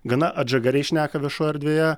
gana atžagariai šneka viešoj erdvėje